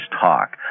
talk